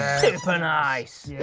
super nice.